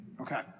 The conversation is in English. Okay